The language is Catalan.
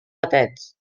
gatets